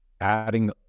adding